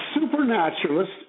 supernaturalist